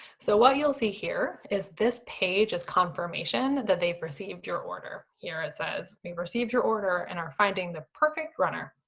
so what you'll see here, is this page is conformation that they've received your order. here is says, we received your order and are finding the perfect runner.